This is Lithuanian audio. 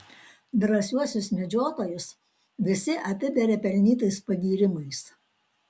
drąsiuosius medžiotojus visi apiberia pelnytais pagyrimais